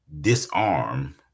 disarm